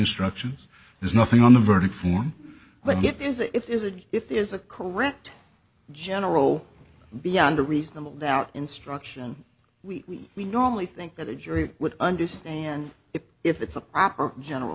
instructions there's nothing on the verdict form but yet there is if there's a if there's a correct general beyond a reasonable doubt instruction we we normally think that a jury would understand it if it's a proper general